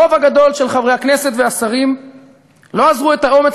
הרוב הגדול של חברי הכנסת והשרים לא אזרו את האומץ